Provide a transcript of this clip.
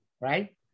Right